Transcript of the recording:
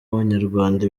abanyarwanda